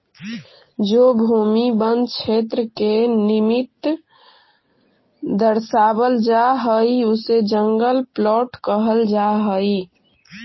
जो भूमि वन क्षेत्र के निमित्त दर्शावल जा हई उसे जंगल प्लॉट कहल जा हई